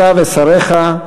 אתה ושריך,